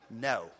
No